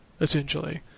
essentially